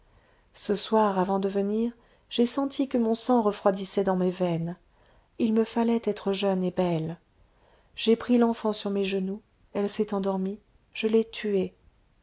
ce soir avant de venir j'ai senti que mon sang refroidissait dans mes veines il me fallait être jeune et belle j'ai pris l'enfant sur mes genoux elle s'est endormie je l'ai tuée